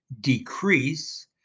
decrease